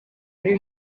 muri